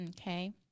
okay